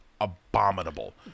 abominable